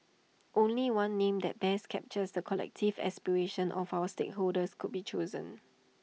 only one name that best captures the collective aspirations of our stakeholders could be chosen